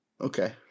Okay